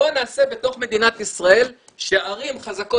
בואו נעשה בתוך מדינת ישראל שערים חזקות